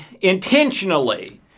intentionally